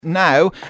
Now